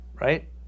right